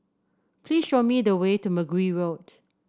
please show me the way to Mergui Road